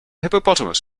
hippopotamus